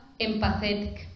empathetic